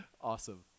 awesome